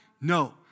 No